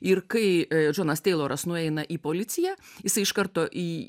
ir kai džonas teiloras nueina į policiją jisai iš karto į